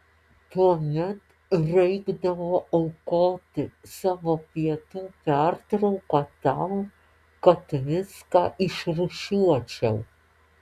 tuomet reikdavo aukoti savo pietų pertrauką tam kad viską išrūšiuočiau